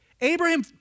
Abraham